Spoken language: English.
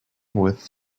with